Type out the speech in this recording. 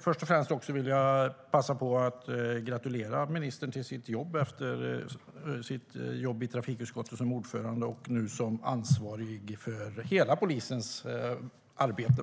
för svaret. Jag vill också passa på att gratulera ministern till hans nya jobb som ansvarig för framför allt hela polisens arbete efter jobbet som ordförande i trafikutskottet.